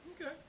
Okay